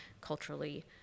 culturally